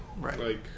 right